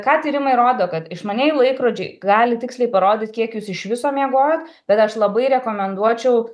ką tyrimai rodo kad išmanieji laikrodžiai gali tiksliai parodyt kiek jūs iš viso miegojot bet aš labai rekomenduočiau